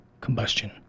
combustion